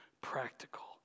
practical